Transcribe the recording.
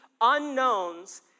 unknowns